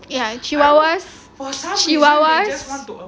ya chihuahuas chihuahuas